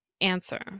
answer